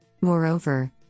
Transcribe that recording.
Moreover